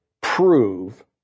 prove